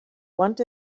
want